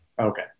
Okay